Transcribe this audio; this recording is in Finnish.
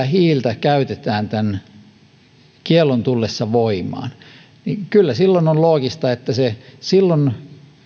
hiiltä käytetään vielä tämän kiellon tullessa voimaan niin kyllä silloin on loogista että silloin